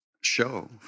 show